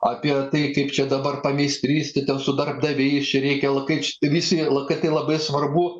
apie tai kaip čia dabar pameistrystė ten su darbdaviais čia reikia la kaip visi lakai tai labai svarbu